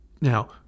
Now